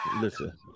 Listen